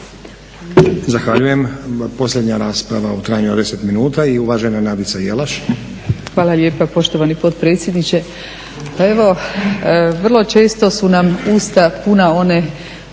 Zahvaljujem. Posljednja rasprava u trajanju od 10 minuta i uvažena Nadica Jelaš. **Jelaš, Nadica (SDP)** Hvala lijepa poštovani potpredsjedniče. Evo vrlo često su nam usta puna one